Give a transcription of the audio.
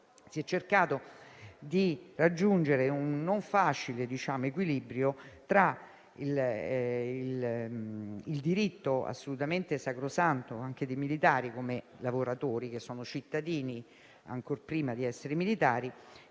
si è cercato di raggiungere un non facile equilibrio tra il diritto assolutamente sacrosanto dei militari in quanto lavoratori, essendo cittadini ancor prima di essere militari,